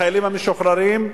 לחיילים המשוחררים,